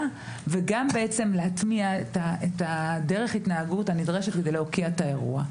וגם להטמיע את דרך ההתנהגות הנדרשת כדי להוקיע את האירוע.